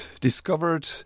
discovered